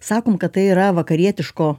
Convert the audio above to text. sakom kad tai yra vakarietiško